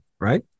Right